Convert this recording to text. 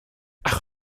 ach